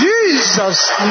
Jesus